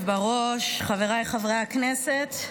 בראש, חבריי חברי הכנסת,